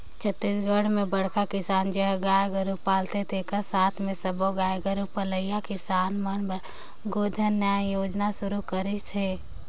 छत्तीसगढ़ में बड़खा किसान जेहर गाय गोरू पालथे तेखर साथ मे सब्बो गाय गोरू पलइया किसान मन बर गोधन न्याय योजना सुरू करिस हे